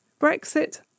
Brexit